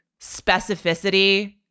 specificity